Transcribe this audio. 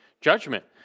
judgment